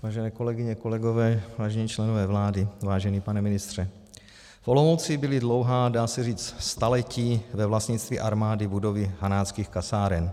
Vážené kolegyně, kolegové, vážení členové vlády, vážený pane ministře, v Olomouci byly dlouhá, dá se říci, staletí ve vlastnictví armády budovy Hanáckých kasáren.